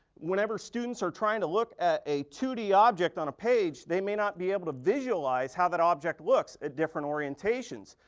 whenever students are trying to look at a two d object on a page, they may be able to visualize how that object looks at different orientations.